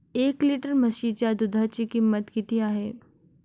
एक लिटर म्हशीच्या दुधाची किंमत किती आहे?